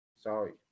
Sorry